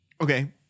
Okay